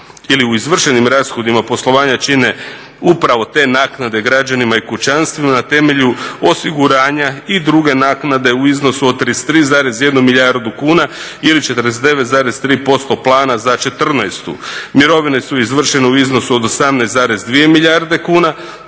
ili u izvršenim rashodima poslovanja čine upravo te naknade građanima i kućanstvima na temelju osiguranja i druge naknade u iznosu od 33,1 milijardu kuna ili 49,3% plana za četrnaestu. Mirovine su izvršene u iznosu od 18,2 milijarde kuna.